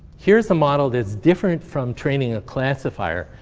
here's a model that's different from training a classifier.